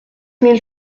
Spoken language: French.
mille